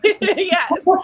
yes